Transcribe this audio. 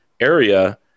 area